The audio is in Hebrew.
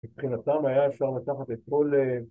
‫מבחינתם היה אפשר לקחת את כל אה..